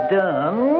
done